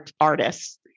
artists